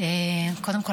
קודם כול,